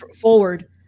forward